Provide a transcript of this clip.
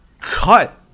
cut